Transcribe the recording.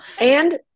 and-